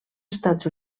estats